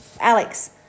Alex